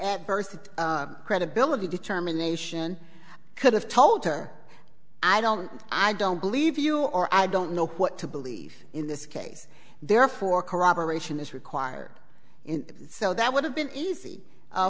burst credibility determination could have told her i don't i don't believe you or i don't know what to believe in this case therefore corroboration is required in so that would have been easy